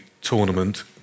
tournament